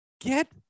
Get